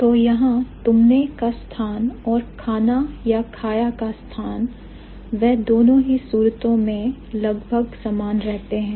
तो यहां तुमने का स्थान और खाना या खाया का स्थान वह दोनों ही सूरतओं में लगभग समान रहते हैं